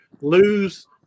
lose